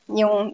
yung